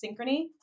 synchrony